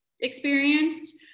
experienced